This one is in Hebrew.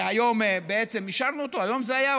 שהיום בעצם אישרנו אותו, היום זה היה?